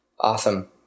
Awesome